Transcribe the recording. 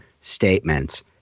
statements